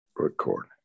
record